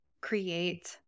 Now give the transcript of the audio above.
create